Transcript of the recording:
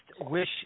wish